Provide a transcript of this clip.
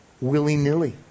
willy-nilly